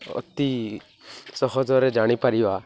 ଅତି ସହଜରେ ଜାଣିପାରିବା